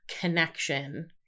connection